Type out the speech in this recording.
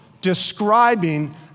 describing